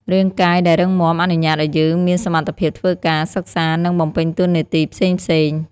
រាងកាយដែលរឹងមាំអនុញ្ញាតឱ្យយើងមានសមត្ថភាពធ្វើការ សិក្សា និងបំពេញតួនាទីផ្សេងៗ។